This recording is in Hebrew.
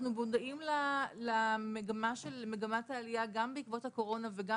אנחנו מודעים למגמת העלייה גם בעקבות הקורונה וגם